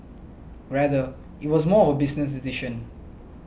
rather it was more of a business decision